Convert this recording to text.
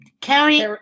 Carrie